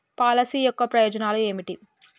Policy యొక్క ప్రయోజనాలు ఏమిటి?